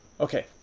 okay,